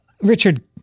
Richard